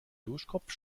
duschkopf